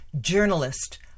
journalist